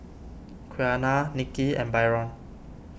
Quiana Nikki and Byron